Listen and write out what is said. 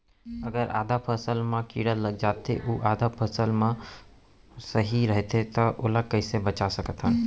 अगर आधा फसल म कीड़ा लग जाथे अऊ आधा फसल ह सही रइथे त ओला कइसे बचा सकथन?